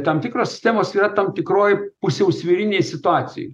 tam tikros sistemos yra tam tikroj pusiausvyrinėj situacijoj